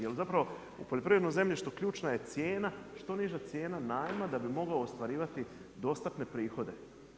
Jer zapravo u poljoprivrednom zemljištu ključna je cijena, što niža cijena najma da bi moglo ostvarivati dostatne prihode.